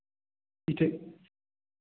ठीक